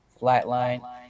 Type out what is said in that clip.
Flatline